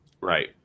Right